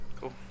Cool